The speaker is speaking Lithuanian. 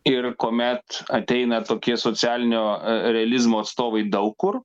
ir kuomet ateina tokie socialinio realizmo atstovai daug kur